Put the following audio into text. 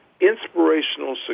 inspirational